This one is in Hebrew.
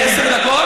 היו לי עשר דקות.